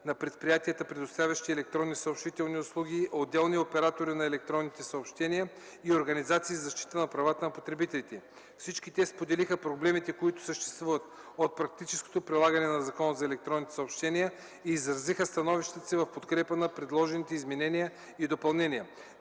на предприятията, предоставящи електронни съобщителни услуги; отделни оператори на електронни съобщения; организации за защита на правата на потребителите. Всички те споделиха проблемите, които съществуват от практическото прилагане на Закона за електронните съобщения, и изразиха становищата си в подкрепа на предложените изменения и допълнения.